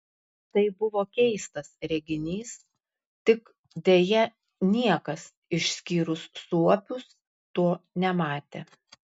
tai buvo keistas reginys tik deja niekas išskyrus suopius jo nematė